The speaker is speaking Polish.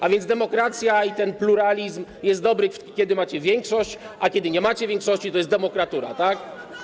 A więc demokracja i ten pluralizm jest dobry, kiedy macie większość, a kiedy nie macie większości, to jest demokratura, tak?